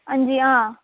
हां जी हां